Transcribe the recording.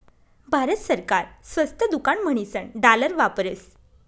भारत सरकार स्वस्त दुकान म्हणीसन डालर वापरस